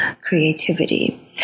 creativity